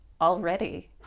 already